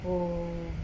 oh